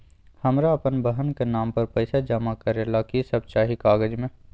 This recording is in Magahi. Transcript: हमरा अपन बहन के नाम पर पैसा जमा करे ला कि सब चाहि कागज मे?